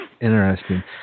Interesting